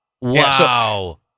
Wow